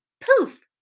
Poof